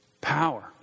Power